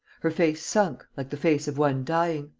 her face sunk, like the face of one dying.